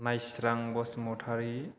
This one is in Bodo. नाइस्रां बसुमतारि